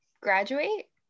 graduate